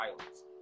islands